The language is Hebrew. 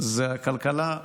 זה כלכלה.